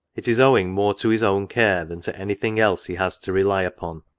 it is owing more to his own care, than to any thing else he has to rely upon.